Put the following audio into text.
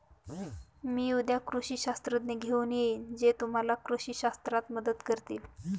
मी उद्या कृषी शास्त्रज्ञ घेऊन येईन जे तुम्हाला कृषी शास्त्रात मदत करतील